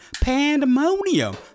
pandemonium